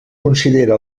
considera